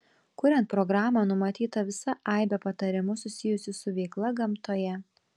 kuriant programą numatyta visa aibė patarimų susijusių su veikla gamtoje